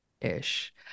ish